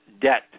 debt